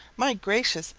my gracious,